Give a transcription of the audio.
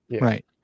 right